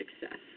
success